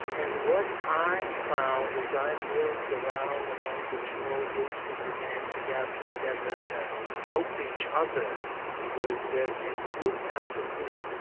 and what i found as i moved around among the small groups that began to gather together to help each other was that, in group after group,